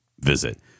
visit